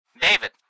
David